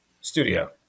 Studio